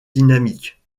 dynamique